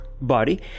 body